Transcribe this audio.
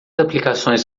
aplicações